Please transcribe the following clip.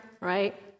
Right